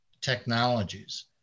technologies